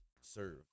serve